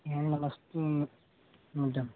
हँ नमस्ते मैडम